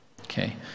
Okay